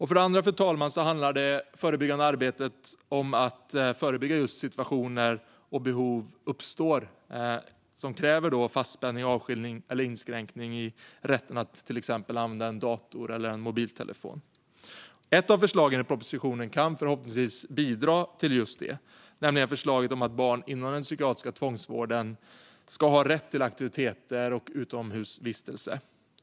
För det andra handlar det förebyggande arbetet om att förhindra att situationer och behov uppstår som kräver fastspänning, avskiljning eller inskränkning i rätten att använda till exempel en dator eller mobiltelefon. Ett av förslagen i propositionen kan förhoppningsvis bidra till detta, nämligen förslaget att barn inom den psykiatriska tvångsvården ska ha rätt till aktiviteter och utomhusvistelse.